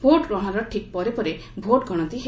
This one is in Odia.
ଭୋଟ୍ଗ୍ରହଣର ଠିକ୍ ପରେ ପରେ ଭୋଟ୍ଗଣତି ହେବ